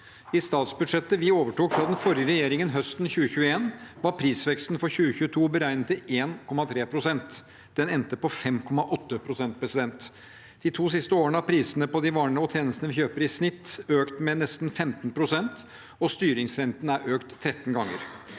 I statsbudsjettet vi overtok fra den forrige regjeringen høsten 2021, var prisveksten for 2022 beregnet til 1,3 pst. Den endte på 5,8 pst. De to siste årene har prisene på de varene og tjenestene vi kjøper, i snitt økt med nesten 15 pst., og styringsrenten er økt 13 ganger.